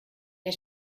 der